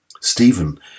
Stephen